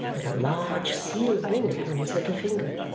and a large seal-ring upon his little finger.